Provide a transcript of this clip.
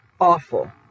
awful